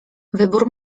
wybór